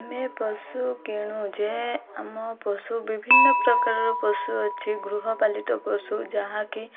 ଆମେ ପଶୁ କିଣୁ ଯେ ଆମ ପଶୁ ବିଭିନ୍ନ ପ୍ରକାରର ପଶୁ ଅଛି ଗୃହପାଳିତ ପଶୁ ଯାହାକି